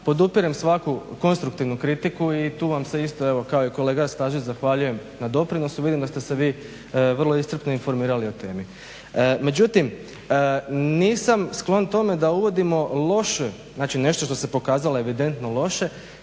podupirem svaku konstruktivnu kritiku i tu vam se isto kao i kolega Stazić zahvaljujem na doprinosu, vidim da ste se vi vrlo iscrpno informirali o temi. Međutim, nisam sklon tome da uvodimo loše, znači nešto što se pokazalo evidentno loše